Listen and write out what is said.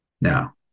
Now